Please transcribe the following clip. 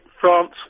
France